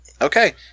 Okay